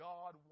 God